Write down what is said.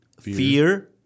fear